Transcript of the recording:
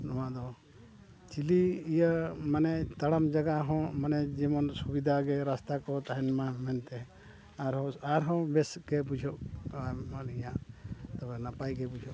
ᱱᱚᱣᱟ ᱫᱚ ᱪᱤᱞᱤ ᱤᱭᱟᱹ ᱢᱟᱱᱮ ᱛᱟᱲᱟᱢ ᱡᱟᱜᱟ ᱦᱚᱸ ᱢᱟᱱᱮ ᱡᱮᱢᱚᱱ ᱥᱩᱵᱤᱫᱷᱟ ᱜᱮ ᱨᱟᱥᱛᱟ ᱠᱚ ᱛᱟᱦᱮᱱ ᱢᱟ ᱢᱮᱱᱛᱮ ᱟᱨᱦᱚᱸ ᱟᱨᱦᱚᱸ ᱵᱮᱥ ᱜᱮ ᱵᱩᱡᱷᱟᱹᱜᱼᱟ ᱟᱞᱤᱧᱟᱜ ᱛᱚᱵᱮ ᱱᱟᱯᱟᱭ ᱜᱮ ᱵᱩᱡᱷᱟᱹᱜᱼᱟ